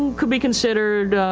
could be considered,